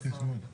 ירון פינקלמן,